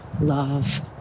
love